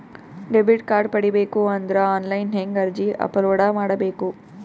Debit card ಪಡಿಬೇಕು ಅಂದ್ರ online ಹೆಂಗ್ ಅರ್ಜಿ ಅಪಲೊಡ ಮಾಡಬೇಕು?